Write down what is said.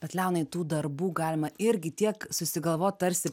bet leonai tų darbų galima irgi tiek susigalvot tarsi